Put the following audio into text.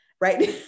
Right